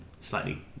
slightly